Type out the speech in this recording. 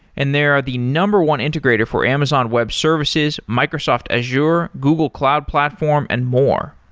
and they are the number one integrator for amazon web services, microsoft azure, google cloud platform and more.